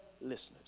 listeners